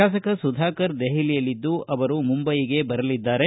ಶಾಸಕ ಸುಧಾಕರ್ ದೆಹಲಿಯಲ್ಲಿದ್ದು ಅವರು ಮುಂಬಯಿಗೆ ಬರಲಿದ್ದಾರೆ